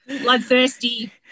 bloodthirsty